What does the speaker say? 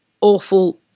awful